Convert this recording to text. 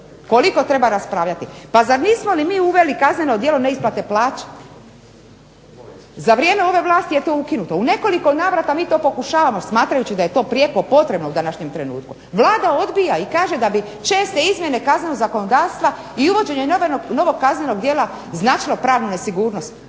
koliko treba raspravljati, pa zar nismo mi uveli kazneno9 djelo neisplate plaća. Za vrijeme ove vlasti je to ukinuto. U nekoliko navrata mi to pokušavamo smatrajući da je to prijeko potrebno u današnjem trenutku. Vlada odbija i kaže da bi česte izmjene kaznenog zakonodavstva i uvođenje novog kaznenog djela značilo pravnu nesigurnost.